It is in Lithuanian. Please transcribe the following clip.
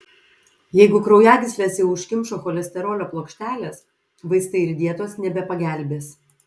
jeigu kraujagysles jau užkimšo cholesterolio plokštelės vaistai ir dietos nebepagelbės